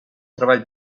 treball